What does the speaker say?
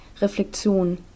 Reflexion